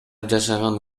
жашаган